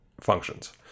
functions